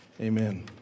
amen